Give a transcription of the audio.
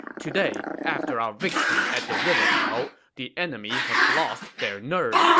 today, after our victory at the river tao, the enemy has lost their nerve.